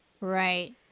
right